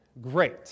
great